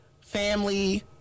family